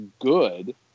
good